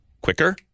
quicker